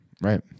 right